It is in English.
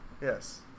Yes